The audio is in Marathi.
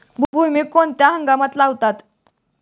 भुईमूग कोणत्या हंगामात लावतात?